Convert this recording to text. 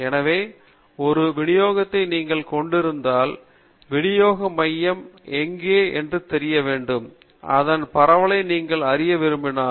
எனவே ஒரு விநியோகத்தை நீங்கள் கொண்டிருந்தால் விநியோக மையம் எங்கே என்று தெரிய வேண்டும் அதன் பரவலை நீங்கள் அறிய விரும்பலாம்